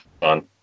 fun